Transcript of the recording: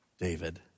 David